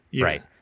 right